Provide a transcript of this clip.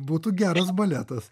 būtų geras baletas